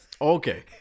Okay